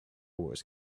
wars